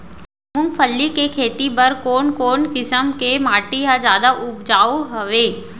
मूंगफली के खेती बर कोन कोन किसम के माटी ह जादा उपजाऊ हवये?